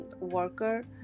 worker